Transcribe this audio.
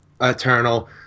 Eternal